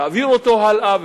תעביר אותו הלאה,